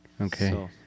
Okay